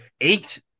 eight